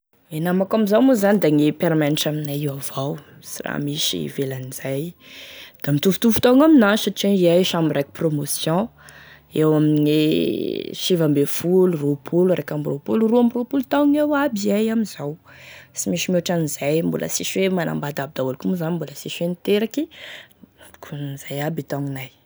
Gne namako amin'izao moa zany da gne mpiara-mianatry aminay io avao sy raha misy ivelan'izay, da mitovitovy taogny aminah satria iay samy raiky promotion, eo amigne sivy ambefolo, roapolo, raiky ambiroa-polo, roa amberoa-polo taogny eo aby iay amizao, sy misy e mihoatran'izay, mbola sisy hoe manambady aby daholo koa moa zany, mbola sisy hoe niteraky, ankonan'izay aby e taogninay.